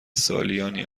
سالیانی